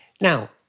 Now